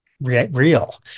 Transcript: real